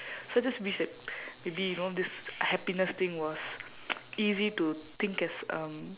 so I just wish that maybe you know this happiness thing was easy to think as um